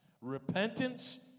Repentance